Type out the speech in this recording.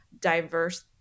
diverse